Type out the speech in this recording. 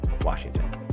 Washington